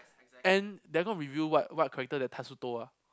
and they have not reveal what what character the Tatsuto ah